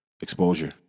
exposure